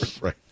right